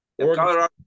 Colorado